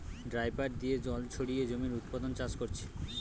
dripper দিয়ে জল ছড়িয়ে জমির উপর চাষ কোরছে